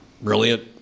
brilliant